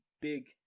Big